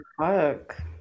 fuck